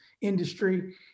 industry